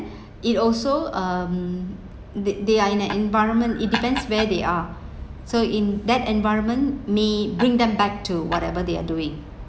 it also um they they are in an environment it depends where they are so in that environment may bring them back to whatever they are doing